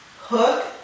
hook